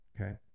Okay